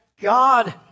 God